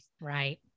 right